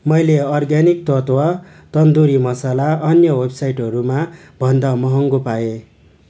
मैले अर्ग्यानिक तत्त्व तन्दुरी मसाला अन्य वेबसाइटहरूमा भन्दा महँगो पाएँ